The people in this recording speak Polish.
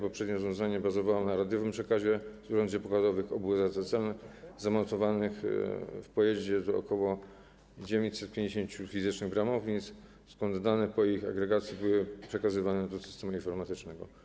Poprzednie rozwiązanie bazowało na radiowym przekazie z urządzeń pokładowych OBU/ZSL zamontowanych w pojeździe, z ok. 950 fizycznych bramownic, skąd dane po ich agregacji były przekazywane do systemu informatycznego.